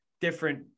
different